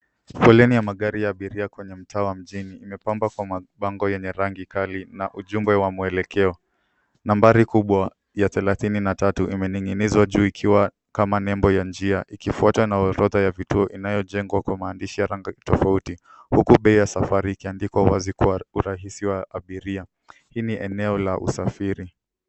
Foleni ya magari ya abiria kwenye mtaa wa mjini imepambwa kwa mabango yenye rangi kali na ujumbe wa mwelekeo. Nambari kubwa ya thelathini na tatu imeningi'nizwa juu ikiwa kama nembo ya njia ikifuatwa na orodha ya vituo inayojengwa kwa maandishi ya rangi tofauti huku bei ya safari ikiandikwa wazi kwa urahisi wa abiria. Hii ni eneo la usafiri.